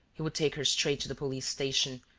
he would take her straight to the police-station,